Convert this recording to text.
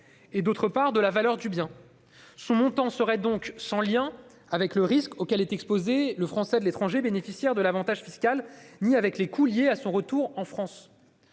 et, d'autre part, de la valeur du bien. Son montant serait donc sans lien avec le risque auquel est exposé le Français de l'étranger bénéficiaire de l'avantage fiscal ni avec les coûts liés à son retour en France.